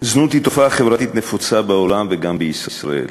זנות היא תופעה חברתית נפוצה בעולם וגם בישראל,